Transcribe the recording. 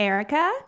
Erica